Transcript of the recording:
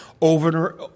over